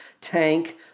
Tank